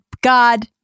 God